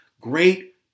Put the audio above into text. great